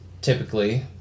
typically